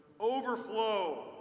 overflow